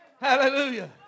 Hallelujah